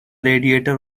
radiator